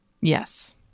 Yes